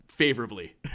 Favorably